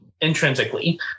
intrinsically